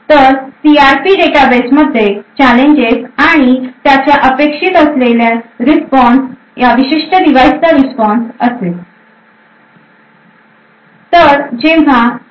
तर C R P डेटाबेसमध्ये challenges आणि त्याचा अपेक्षित असलेला ह्या विशिष्ट डिव्हाइस चा रिस्पॉन्स असेल